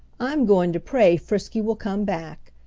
i'm goin' to pray frisky will come back,